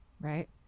right